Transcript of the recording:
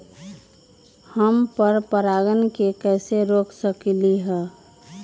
हम पर परागण के कैसे रोक सकली ह?